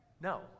No